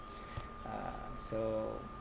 uh so